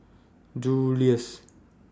Julie's